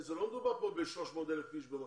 לא מדובר כאן ב-300,000 אנשים במכה.